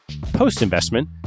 Post-investment